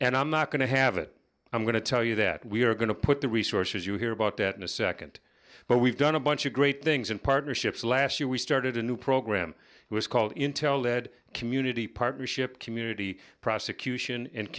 and i'm not going to have it i'm going to tell you that we are going to put the resources you hear about that in a second but we've done a bunch of great things and partnerships last year we started a new program it was called intel led community partnership community prosecution and